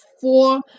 four